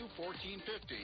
1450